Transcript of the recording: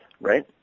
right